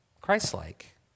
Christ-like